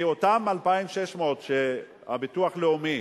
כי אותם 2,600 שהביטוח לאומי,